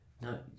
no